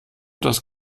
dass